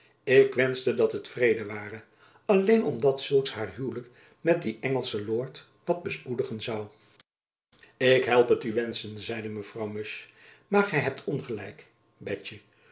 ik wenschte dat het vrede ware alleen omdat zulks haar huwlijk met dien engelschen lord wat bespoedigen zoû ik help het u wenschen zeide mevrouw musch maar gy hebt ongelijk betjen